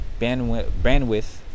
bandwidth